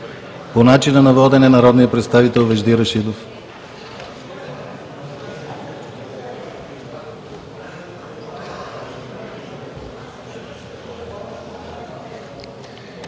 По начина на водене – народният представител Вежди Рашидов.